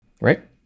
Right